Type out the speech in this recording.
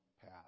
path